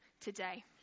today